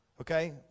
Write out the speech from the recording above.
Okay